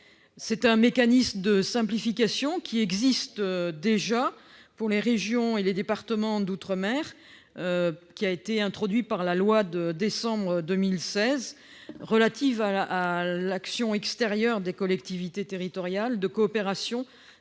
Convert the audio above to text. Un tel mécanisme de simplification existe déjà pour les régions et les départements d'outre-mer. Il a été introduit par la loi de décembre 2016 relative à l'action extérieure des collectivités territoriales et à la coopération